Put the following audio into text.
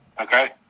Okay